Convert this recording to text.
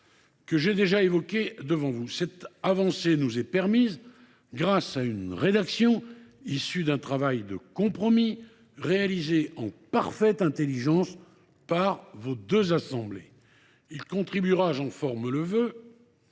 que j’ai déjà évoqué devant vous. Cette avancée est permise par une rédaction issue d’un travail de compromis réalisé en parfaite intelligence par vos deux assemblées. Cette proposition de loi contribuera, j’en forme le vœu,